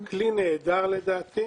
כלי נהדר לדעתי.